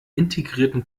integrierten